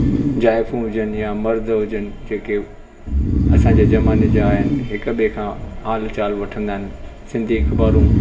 ज़ाइफूं हुजनि या मर्द हुजनि जेके असांजे ज़माने जा आहिनि हिकु ॿिए खां हालु चालु वठंदा आहिनि सिंधी अख़बारूं